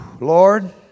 Lord